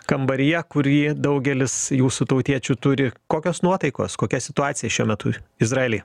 kambaryje kurį daugelis jūsų tautiečių turi kokios nuotaikos kokia situacija šiuo metu izraely